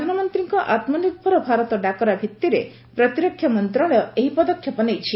ପ୍ରଧାନମନ୍ତ୍ରୀଙ୍କ ଆତ୍ମନିର୍ଭର ଭାରତ ଡାକରା ଭିତ୍ତିରେ ପ୍ରତିରକ୍ଷା ମନ୍ତ୍ରଶାଳୟ ଏହି ପଦକ୍ଷେପ ନେଇଛି